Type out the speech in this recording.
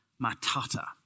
Matata